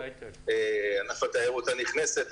ענף התיירות הנכנסת,